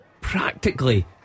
Practically